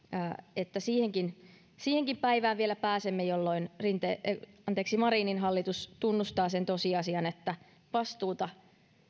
että siihenkin siihenkin päivään vielä pääsemme jolloin marinin hallitus tunnustaa sen tosiasian että vastuuta